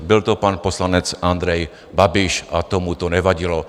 Byl to pan poslanec Andrej Babiš a tomu to nevadilo.